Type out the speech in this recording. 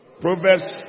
proverbs